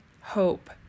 hope